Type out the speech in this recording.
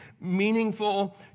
meaningful